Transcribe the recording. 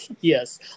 Yes